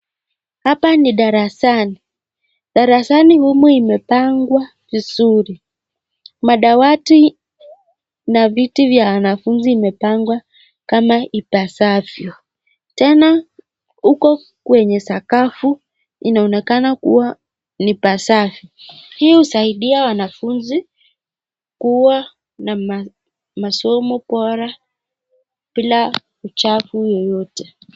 Hapa ni darasani. Darasani humu imepangwa vizuri. Madawati na viti vya wanafunzi imepangwa kama ipasavyo. Tena, huko kwenye sakafu inaonekana kuwa ni pasafi. Hii husaidia wanafunzi kuwa na masomo bora bila uchafu wowote.